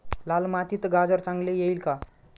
लाल मातीत गाजर चांगले येईल का?